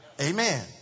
Amen